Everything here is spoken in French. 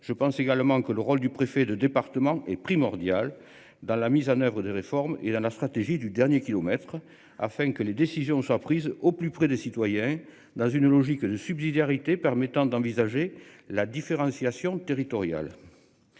Je pense également que le rôle du préfet de département est primordial dans la mise en oeuvre des réformes et la la stratégie du dernier kilomètre afin que les décisions soient prises au plus près des citoyens dans une logique de subsidiarité permettant d'envisager la différenciation territoriale.